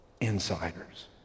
insiders